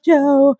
Joe